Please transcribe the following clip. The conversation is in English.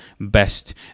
best